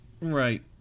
Right